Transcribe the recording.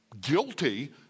guilty